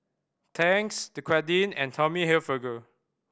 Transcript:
Tangs Dequadin and Tommy Hilfiger